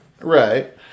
right